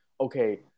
okay